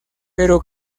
pero